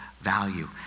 value